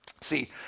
See